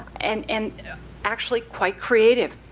and and actually, quite creative.